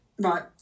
Right